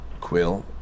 quill